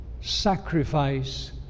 sacrifice